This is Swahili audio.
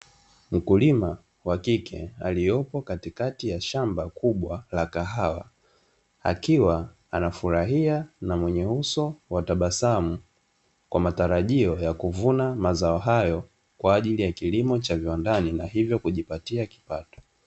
Mkulima wa kike aliyopo katika ya shamba kubwa la kahawa, akiwa anafurahia na mwenye uso wa tabasamu kwa matarajio ya kuvuna mazao hayo kwajili ya kilimo cha viwandani na hivyo kujipatia kipato.